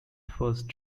first